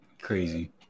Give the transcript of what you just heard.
Crazy